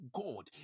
god